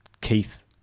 Keith